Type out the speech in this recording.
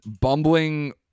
bumbling